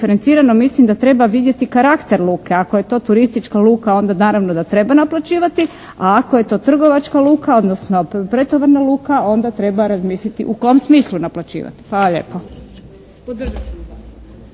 diferencirano mislim da treba vidjeti karakter luke. Ako je to turistička luka onda naravno da treba naplaćivati, a ako je to trgovačka luka, odnosno pretovarna luka onda treba razmisliti u kom smislu naplaćivati. Hvala lijepa.